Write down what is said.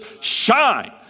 Shine